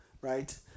right